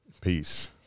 Peace